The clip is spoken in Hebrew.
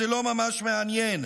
זה לא ממש מעניין.